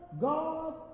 God